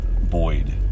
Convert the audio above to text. Boyd